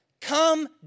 come